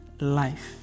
Life